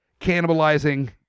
cannibalizing